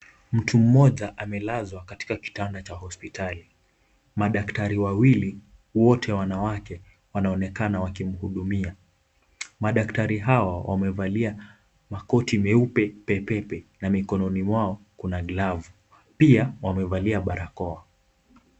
Mtu mmoja amelazwa katika kitanda cha hospitali, madaktari wawili wote wanawake wanaonekana wakimhudumia, madaktari hao amevalia makoti meupe pepepe na mikononi mwao mna glavu pia wamevalia barakoa.